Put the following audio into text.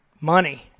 money